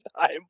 time